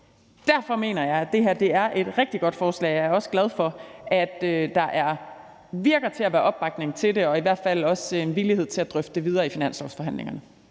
Derfor mener jeg, at det her er et rigtig godt forslag, og jeg er også glad for, at der lader til at være opbakning til det og i hvert fald en villighed til at drøfte det videre i finanslovsforhandlingerne.